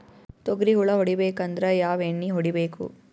ತೊಗ್ರಿ ಹುಳ ಹೊಡಿಬೇಕಂದ್ರ ಯಾವ್ ಎಣ್ಣಿ ಹೊಡಿಬೇಕು?